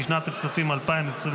לשנת הכספים 2024,